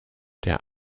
der